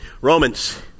Romans